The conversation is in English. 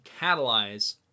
catalyze